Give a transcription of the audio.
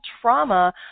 trauma